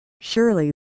surely